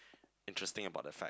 interesting about the fact